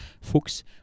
Fuchs